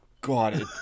god